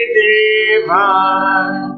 divine